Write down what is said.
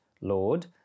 Lord